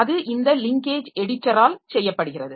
அது இந்த லிங்கேஜ் எடிட்டரால் செய்யப்படுகிறது